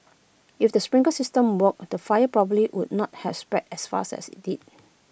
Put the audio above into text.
if the sprinkler system worked the fire probably would not have spread as fast as IT did